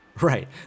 right